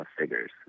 figures